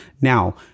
Now